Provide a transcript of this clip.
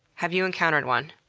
have you encountered one?